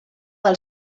del